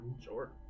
Sure